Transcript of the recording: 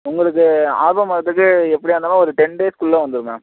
உங்களுக்கு ஆல்பம் வரத்துக்கு எப்படியாருந்தாலும் ஒரு டென் டேஸ்க்குள்ள வந்துடும் மேம்